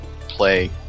play